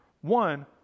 one